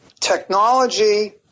technology